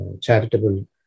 charitable